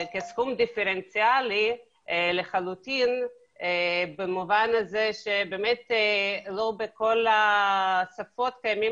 כסכום דיפרנציאלי לחלוטין במובן הזה שבאמת לא בכל השפות קיימות